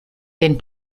den